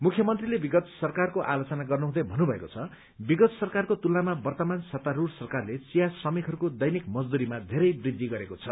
मुख्यमन्त्रीले विगत सरकारको आलोचना गर्नुहुँदै भन्नुभएको छ विगत सरकारको तुलनामा वर्तमान सत्तास्रूढ़ सरकारले चिया श्रमिकहरूको दैनिक मजदूरीमा येरै वृद्धि गरेको छ